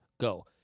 Go